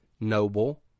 noble